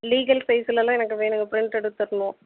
legal சைஸில்லாம் எனக்கு வேணும்ங்க ப்ரிண்ட் எடுத்து தரணும்